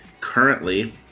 currently